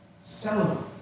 celebrate